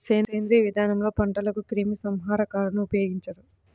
సేంద్రీయ విధానంలో పంటలకు క్రిమి సంహారకాలను ఉపయోగించరు